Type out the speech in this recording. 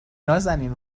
نازنین